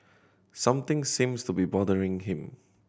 something seems to be bothering him